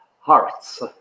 hearts